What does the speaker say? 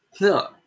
No